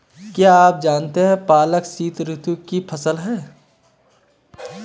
क्या आप जानते है पालक शीतऋतु की फसल है?